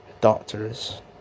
doctors